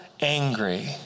angry